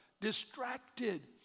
distracted